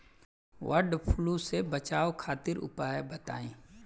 वड फ्लू से बचाव खातिर उपाय बताई?